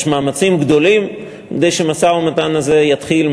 יש מאמצים גדולים כדי שהמשא-ומתן הזה יתחיל.